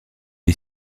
est